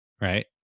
right